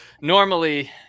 normally